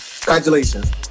Congratulations